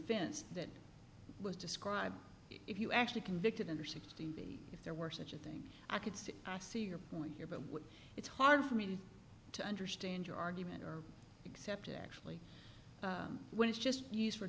finance that was described if you actually convicted under sixty if there were such a thing i could see i see your point here but it's hard for me to understand your argument except actually when it's just used for